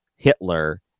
Hitler